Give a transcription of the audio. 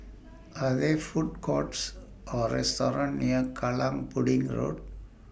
Are There Food Courts Or restaurants near Kallang Pudding Road